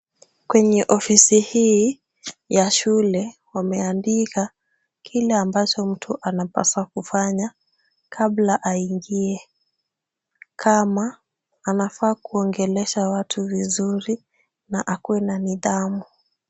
Kwenye ofisi hii, ya shule wameandika, kile ambacho mtu anapaswa kufanya, kabla aingie. Kama anafaa kuongelesha watu vizuri na akuwe na nidhamu.